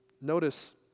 Notice